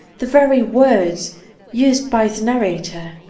the very words used by the naitator!